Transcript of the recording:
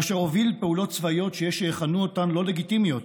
ואשר הוביל פעולות צבאיות שיש שיכנו אותן לא לגיטימיות,